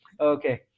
okay